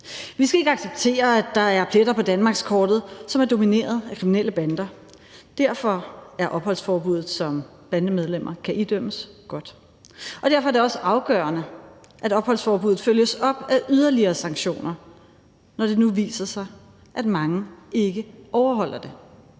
Vi skal ikke acceptere, at der er pletter på danmarkskortet, som er domineret af kriminelle bander. Derfor er opholdsforbuddet, som bandemedlemmer kan idømmes, godt. Det er derfor også afgørende, at opholdsforbuddet følges op af yderligere sanktioner, når det nu viser sig, at mange ikke overholder det.